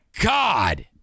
God